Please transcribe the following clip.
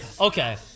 Okay